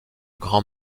grand